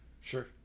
Sure